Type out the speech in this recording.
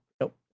Nope